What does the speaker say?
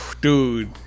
Dude